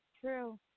True